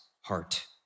heart